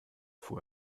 fuhr